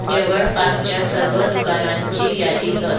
जवळपासच्या सर्व दुकानांची यादी कर